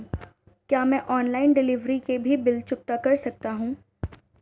क्या मैं online delivery के भी बिल चुकता कर सकता हूँ?